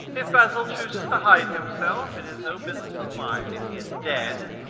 if basil chooses to hide himself, it is no business of mine. if he is dead,